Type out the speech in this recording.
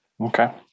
Okay